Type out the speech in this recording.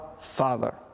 Father